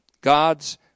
God's